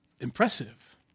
impressive